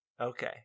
Okay